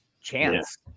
chance